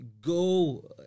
go